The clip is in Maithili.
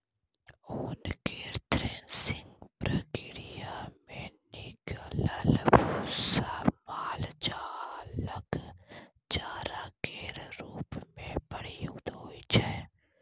ओन केर थ्रेसिंग प्रक्रिया मे निकलल भुस्सा माल जालक चारा केर रूप मे प्रयुक्त होइ छै